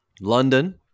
London